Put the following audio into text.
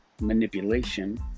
manipulation